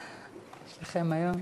יש לכם היום